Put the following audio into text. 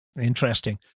Interesting